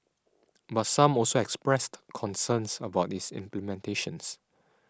but some also expressed concerns about its implementations